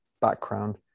background